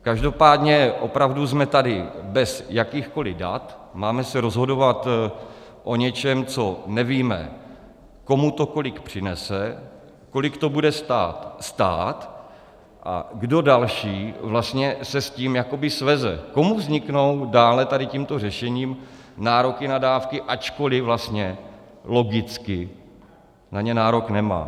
Každopádně opravdu jsme tady bez jakýchkoliv dat, máme se rozhodovat o něčem, co nevíme komu to kolik přinese, kolik to bude stát a kdo další se s tím jakoby sveze, komu vzniknou dále tady tímto řešením nároky na dávky, ačkoliv vlastně logicky na ně nárok nemá.